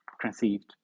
conceived